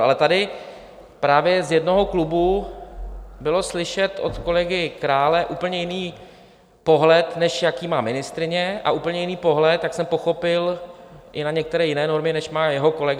Ale tady právě z jednoho klubu byl slyšet od kolegy Krále úplně jiný pohled, než jaký má ministryně, a úplně jiný pohled, jak jsem pochopil, i na některé jiné normy, než má jeho kolega Vomáčka.